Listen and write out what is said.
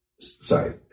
sorry